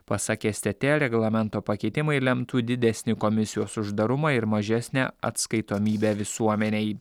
pasak stt reglamento pakeitimai lemtų didesnį komisijos uždarumą ir mažesnę atskaitomybę visuomenei